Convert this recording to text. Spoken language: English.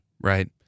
right